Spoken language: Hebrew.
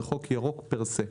זה חוק ירוק פר סה.